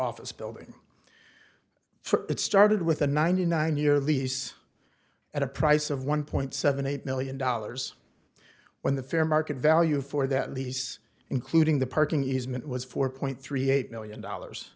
office building it started with a ninety nine year lease at a price of one point seven eight million dollars when the fair market value for that lease including the parking is meant was four point three eight million dollars